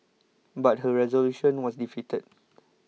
but her resolution was defeated